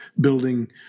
building